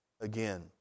again